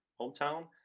hometown